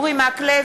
נגד יעקב